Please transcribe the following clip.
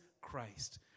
christ